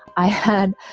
i had,